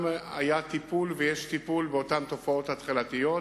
וגם היה טיפול ויש טיפול באותן תופעות התחלתיות,